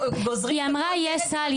גוזרים לכל ילד --- היא אמרה יש סל,